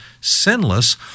sinless